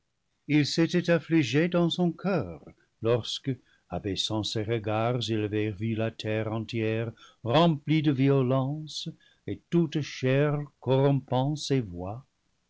il s'était affligé dans son coeur lorsque abaissant ses regards il avait vu la terre entière rem plie de violence et toute chair